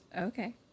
Okay